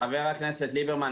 חבר הכנסת ליברמן,